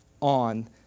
on